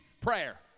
prayer